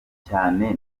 cyane